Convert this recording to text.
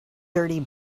dirty